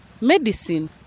medicine